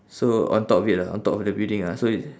so on top of it ah on top of the building ah so it